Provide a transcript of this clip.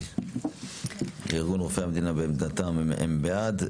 ארגון רופאי המדינה בעמדתם, הם בעד.